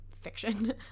fiction